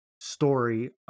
story